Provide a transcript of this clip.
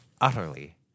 utterly